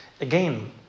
Again